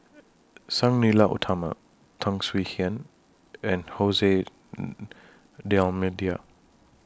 Sang Nila Utama Tan Swie Hian and Hose D'almeida